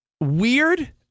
weird